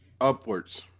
Upwards